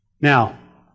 Now